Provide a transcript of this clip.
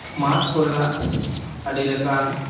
ᱢᱟᱴᱷ ᱠᱚᱨᱮᱱᱟᱜ ᱟᱹᱰᱤ ᱞᱮᱠᱟᱱ